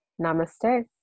Namaste